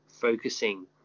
focusing